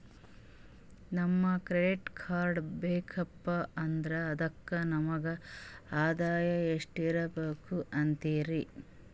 ನಮಗ credit card ಬೇಕಪ್ಪ ಅಂದ್ರ ಅದಕ್ಕ ನಮಗ ಆದಾಯ ಎಷ್ಟಿರಬಕು ಅಂತೀರಿ?